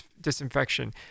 disinfection